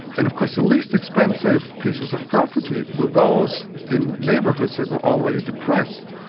and of course the least expensive pieces of property were those in neighbourhoods that were already depressed,